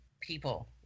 people